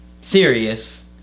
serious